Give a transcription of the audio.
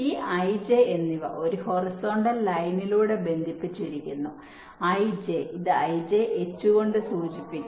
ഈ i j എന്നിവ ഒരു ഹൊറിസോണ്ടൽ ലൈനിലൂടെ ബന്ധിപ്പിച്ചിരിക്കുന്നു i j ഇത് ijH കൊണ്ട് സൂചിപ്പിക്കും